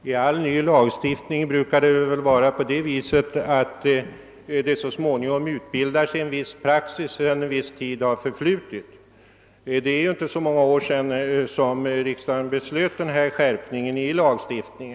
Herr talman! Till all lagstiftning brukar så småningom utbildas en viss praxis. Det är inte så många år sedan riksdagen beslöt skärpning av denna lagstiftning.